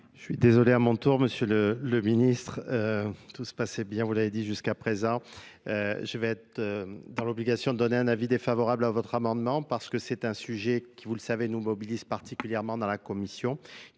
lé à mon tour, M. le Ministre, tout se passait bien, vous l'avez dit jusqu'à présent je vais être dans l'obligation de donner un avis défavorable à votre amendement parce que c'est un sujet qui, vous le savez nous Nous mobilise particulièrement dans la commission